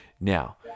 Now